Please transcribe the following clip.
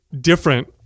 Different